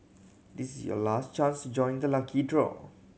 this is your last chance to join the lucky draw